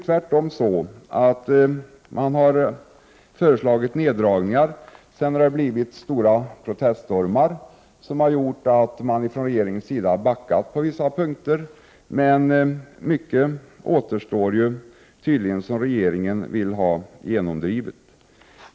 Tvärtom, man har föreslagit neddragningar, vilka har lett till stora proteststormar, och därefter har regeringen backat när det gäller vissa punkter, men det återstår tydligen mycket som regeringen vill genomdriva.